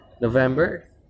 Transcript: November